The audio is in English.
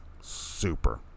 super